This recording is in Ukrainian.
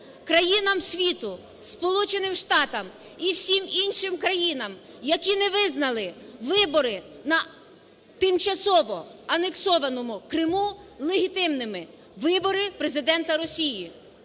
країнам світу, Сполученим Штатам і всім іншим країнам, які не визнали вибори на тимчасово анексованому Криму легітимними вибори Президента Росії.